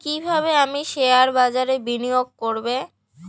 কিভাবে আমি শেয়ারবাজারে বিনিয়োগ করবে?